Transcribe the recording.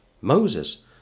Moses